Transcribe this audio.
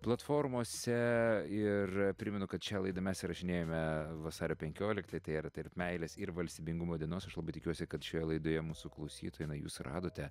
platformose ir primenu kad šią laidą mes įrašinėjome vasario penkioliktąją tai yra tarp meilės ir valstybingumo dienos aš labai tikiuosi kad šioje laidoje mūsų klausytojai na jūs radote